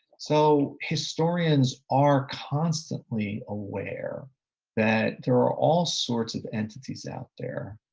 so historians are constantly aware that there are all sorts of entities out there.